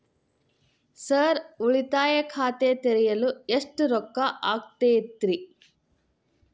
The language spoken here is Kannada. ಸರ್ ಉಳಿತಾಯ ಖಾತೆ ತೆರೆಯಲು ಎಷ್ಟು ರೊಕ್ಕಾ ಆಗುತ್ತೇರಿ?